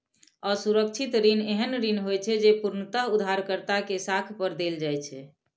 असुरक्षित ऋण एहन ऋण होइ छै, जे पूर्णतः उधारकर्ता के साख पर देल जाइ छै